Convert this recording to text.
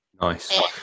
Nice